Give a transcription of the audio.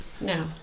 No